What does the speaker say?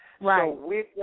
Right